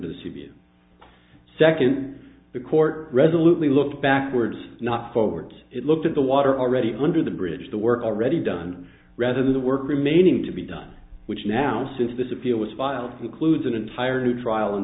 a second the court resolutely look backwards not forwards it looked at the water already under the bridge the work already done rather than the work remaining to be done which now since this appeal was filed concludes an entire new trial and